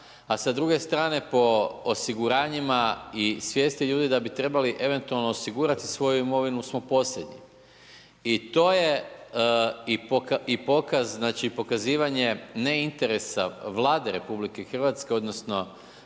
a sa druge strane po osiguranjima i svijesti ljudi da bi trebali eventualno osigurati svoju imovinu u svom posjedu. I to je i pokaz, znači i pokazivanje ne interesa Vlade RH odnosno